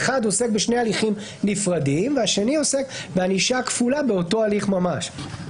האחד עוסק בשני הליכים נפרדים והשני עוסק בענישה כפולה באותו הליך ממש.